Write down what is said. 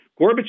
Gorbachev